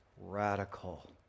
radical